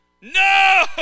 no